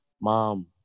mom